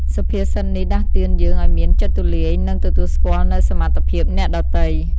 សុភាសិតនេះដាស់តឿនយើងឲ្យមាន ចិត្តទូលាយ និង ទទួលស្គាល់នូវសមត្ថភាពអ្នកដទៃ។